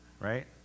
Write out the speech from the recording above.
Right